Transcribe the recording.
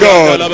God